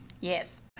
yes